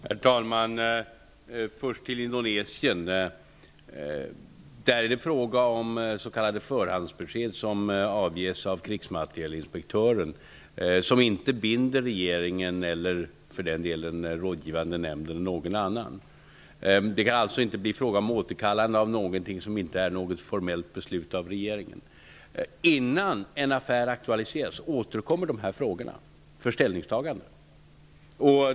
Herr talman! Låt mig först ta upp detta med Indonesien. Där är det fråga om s.k. Krigsmaterielinspektören. De binder inte regeringen eller den rådgivande nämnden. Det kan alltså inte bli fråga om återkallande av något eftersom det inte är ett formellt beslut av regeringen. Innan en affär aktualiseras återkommer dessa frågor för ställningstagande.